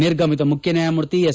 ನಿರ್ಗಮಿತ ಮುಖ್ಯ ನ್ಗಾಯಮೂರ್ತಿ ಎಸ್